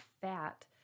fat